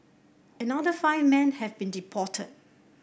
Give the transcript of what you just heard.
another five men have been deported